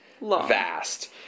vast